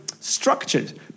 structured